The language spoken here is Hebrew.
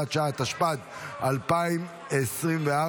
התשפ"ד 2023,